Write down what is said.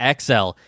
XL